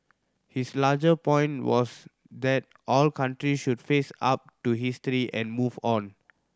his larger point was that all countries should face up to history and move on